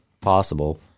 possible